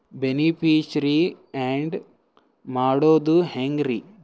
Beneficiary, add ಮಾಡೋದು ಹೆಂಗ್ರಿ?